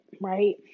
right